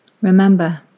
Remember